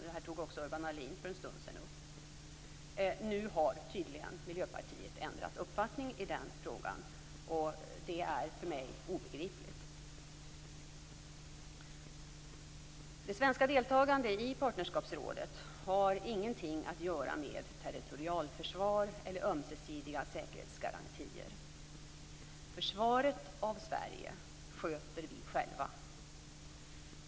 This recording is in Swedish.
Detta tog också Urban Ahlin upp för en stund sedan. Nu har Miljöpartiet tydligen ändrat uppfattning i den frågan, och det är för mig obegripligt. Det svenska deltagandet i Partnerskapsrådet har ingenting att göra med territorialförsvar eller ömsesidiga säkerhetsgarantier. Försvaret av Sverige sköter vi själva.